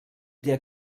der